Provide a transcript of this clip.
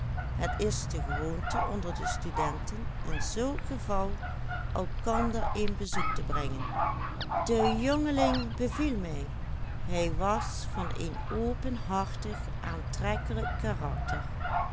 een bezoek te brengen de jongeling beviel mij hij was van een openhartig aantrekkelijk karakter